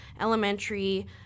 Elementary